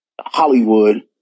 Hollywood